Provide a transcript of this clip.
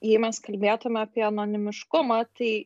jei mes kalbėtume apie anonimiškumą tai